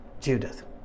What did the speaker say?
Judith